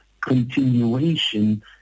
continuation